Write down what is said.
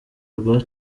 rwa